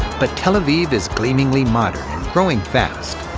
but tel aviv is gleamingly modern and growing fast.